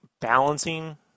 balancing